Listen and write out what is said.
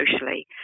socially